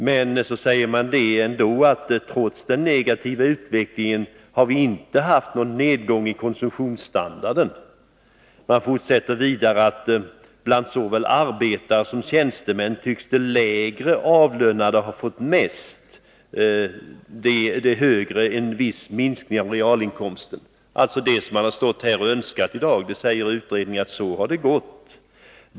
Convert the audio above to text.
Man säger att vi trots den negativa utvecklingen inte haft någon nedgång i konsumtionsstandarden. Bland såväl arbetare som tjänstemän tycks de lägre avlönade ha fått mest, de högre avlönade en viss minskning av realinkomsterna. Utredningen säger alltså att så har det gått.